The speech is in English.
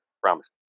Promise